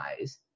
eyes